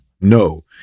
No